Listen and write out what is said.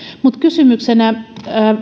kysymyksenä